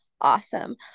awesome